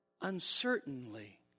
uncertainly